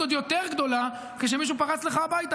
עוד יותר גדולה כשמישהו פרץ אליך הביתה,